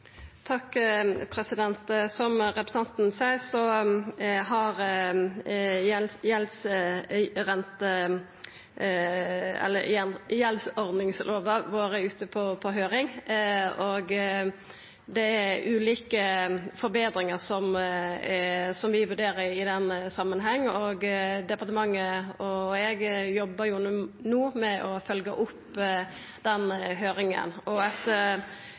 Som representanten seier, har gjeldsordningslova vore ute på høyring. Det er ulike forbetringar vi vurderer i den samanhengen. Departementet og eg jobbar no med å følgje opp den høyringa. Etter